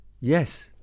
Yes